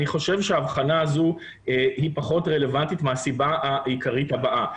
אני חושב שההבחנה הזו היא פחות רלוונטית מהסיבה העיקרית הבאה,